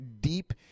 deep